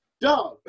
duh